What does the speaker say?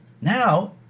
Now